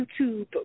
YouTube